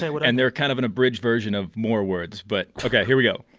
so but and they're kind of an abridged version of more words. but ok, here we go.